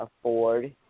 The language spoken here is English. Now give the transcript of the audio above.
afford